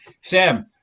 Sam